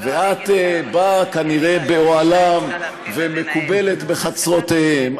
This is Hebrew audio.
ואת באה כנראה באוהלם, ומקובלת בחצרותיהם.